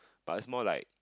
but is more like